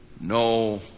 no